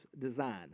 design